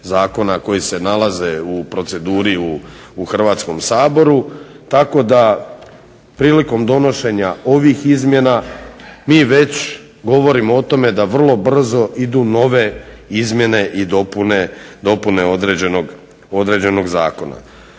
koji se nalaze u proceduri u Hrvatskom saboru. Tako da prilikom donošenja ovih izmjena mi već govorimo o tome da vrlo brzo idu nove izmjene i dopune određenog zakona.